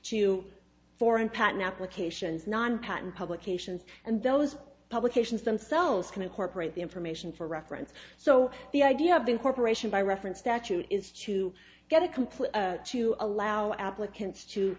to foreign patent applications non patent publications and those publications themselves can incorporate the information for reference so the idea of incorporation by reference statute is to get a complete to allow applicants to